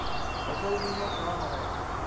फसल बीमा का हरय?